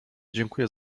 dziękuję